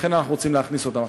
לכן אנחנו רוצים להכניס אותם.